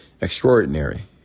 extraordinary